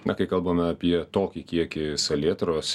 na kai kalbame apie tokį kiekį salietros